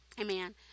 Amen